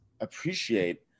appreciate